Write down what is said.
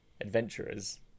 adventurers